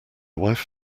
wife